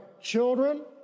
children